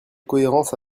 cohérence